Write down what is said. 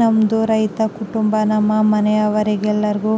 ನಮ್ಮದು ರೈತ ಕುಟುಂಬ ನಮ್ಮ ಮನೆಯವರೆಲ್ಲರಿಗೆ